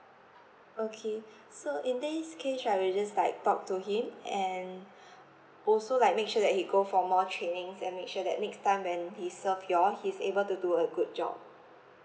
okay so in this case right we will just like talk to him and also like make sure that he go for more trainings and make sure that next time when he serve you all he's able to do a good job